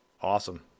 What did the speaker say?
Awesome